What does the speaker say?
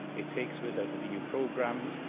it takes wales out of eu programmes,